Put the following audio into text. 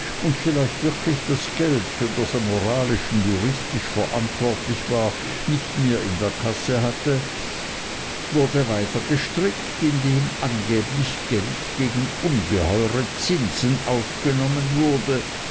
und vielleicht wirklich das geld für das er moralisch und juristisch verantwortlich war nicht mehr in der kasse hatte wurde weiter gestrickt indem angeblich geld gegen ungeheure zinsen aufgenommen wurde